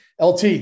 LT